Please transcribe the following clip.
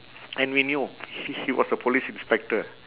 and we knew he he was a police inspector